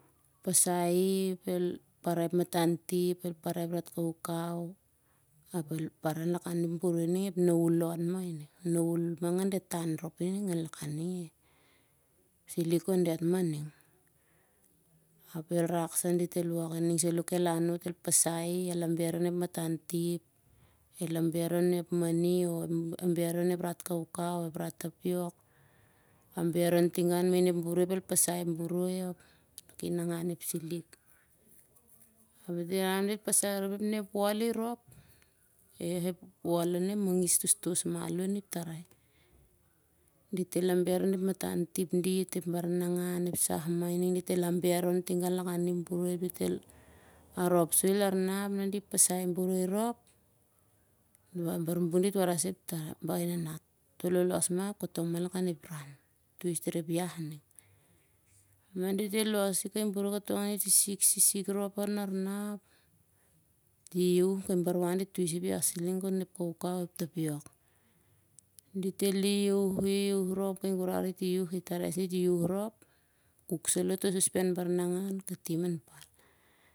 Pasai i dit el parai ep matan tip dit el parai ep kaukau ap del parai lakan ep boroi ning ep naul lon mah ining. Naul mah anun diat tan i anlakan ep silik on diat. Ap el rak sah ning saloh kel anot kel pasai i el amber on ep matan tip el ambar on ep mani oh ep rat kaukau oh rat tapiok. Amber on tingau main ep boroi ap el pasai ep boroi. Ki nangan ep silik. Pasai arop i ap nah i rop! Eh ep wol on ep mangis tostos maloh on ep tarai. Dit el amber on ep matan tip dit ep baranangan ep sah mah ining dit el amber on tingau lakan ep boroi. Arop soi larna ap nah di pasai boroi rop. Ioh bar nun dit warai sah kai nanat amat lolosh mah katong lakan ep ran. Tui soi tar ep iah ning. Nah dit los kai boroi lar nah ap sisik sisik rop lar na ap di ki iaiauh. Bar wan dit tui sah ep iah siling kon ep kaukau oh ep tapiok. Kai gurar dit iaiauh kai tarai dit iaiauh rop, kuk saloh toh sospen baranangan katim lon pal.